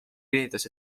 kinnitas